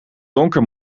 donker